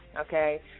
Okay